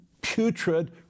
Putrid